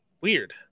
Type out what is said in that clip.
Weird